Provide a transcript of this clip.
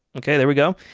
okay, there we go.